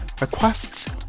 requests